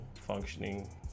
functioning